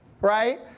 Right